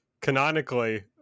canonically